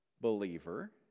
believer